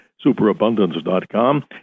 superabundance.com